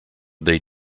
they